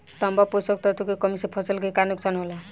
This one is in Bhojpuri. तांबा पोषक तत्व के कमी से फसल के का नुकसान होला?